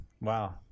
Wow